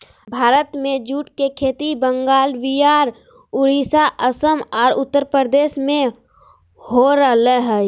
भारत में जूट के खेती बंगाल, विहार, उड़ीसा, असम आर उत्तरप्रदेश में हो रहल हई